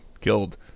killed